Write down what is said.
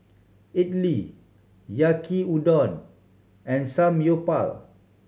Idili Yaki Udon and Samgyeopsal